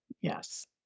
Yes